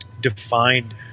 defined